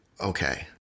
Okay